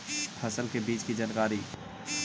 फसल के बीज की जानकारी?